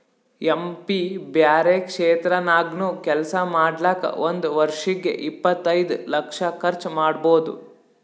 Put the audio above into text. M P ಬ್ಯಾರೆ ಕ್ಷೇತ್ರ ನಾಗ್ನು ಕೆಲ್ಸಾ ಮಾಡ್ಲಾಕ್ ಒಂದ್ ವರ್ಷಿಗ್ ಇಪ್ಪತೈದು ಲಕ್ಷ ಕರ್ಚ್ ಮಾಡ್ಬೋದ್